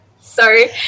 Sorry